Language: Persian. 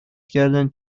کردند